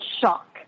shock